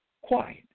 Quiet